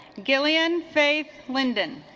gillian faith's linden